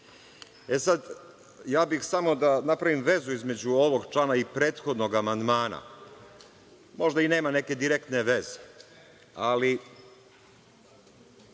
sad, ja bih samo da napravim vezu između ovog člana i prethodnog amandmana. Možda i nema neke direktne veze, ali